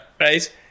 right